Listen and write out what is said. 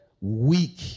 weak